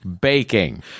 baking